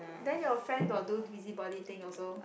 then your friend got do busy body thing also